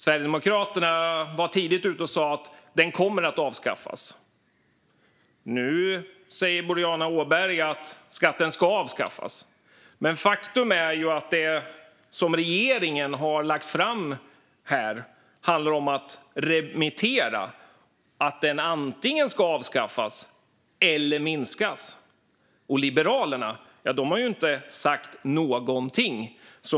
Sverigedemokraterna sa tidigt att skatten ska avskaffas, och nu säger Boriana Åberg samma sak. Men faktum är att regeringen tänker remittera ett förslag om att antingen avskaffa eller minska den, och Liberalerna säger ingenting.